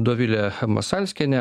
dovilė masalskienė